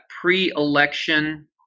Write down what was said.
pre-election